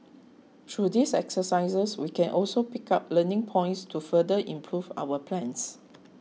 through these exercises we can also pick up learning points to further improve our plans